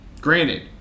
Granted